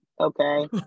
Okay